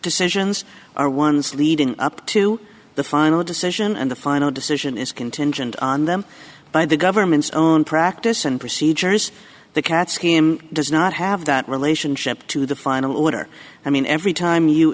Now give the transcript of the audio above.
decisions are ones leading up to the final decision and the final decision is contingent on them by the government's own practice and procedures the cat scheme does not have that relationship to the final order i mean every time you